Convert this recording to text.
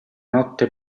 notte